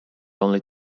only